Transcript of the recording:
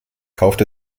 kauft